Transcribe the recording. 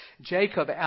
Jacob